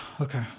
Okay